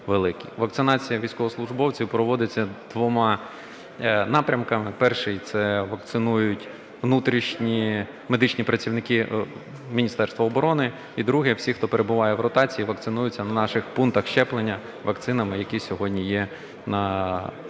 Вакцинація військовослужбовців проводиться двома напрямками. Перший – це вакцинують внутрішні медичні працівники Міністерства оборони. І другий – всі, хто перебуває в ротації, вакцинуються у наших пунктах щеплення вакцинами, які сьогодні є на території